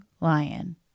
Lion